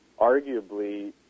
arguably